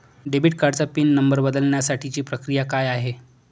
Debit कार्डचा pin number बदलण्यासाठीची प्रक्रिया काय आहे?